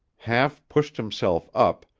half pushed himself up,